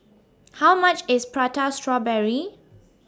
How much IS Prata Strawberry